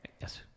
Yes